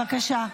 בבקשה.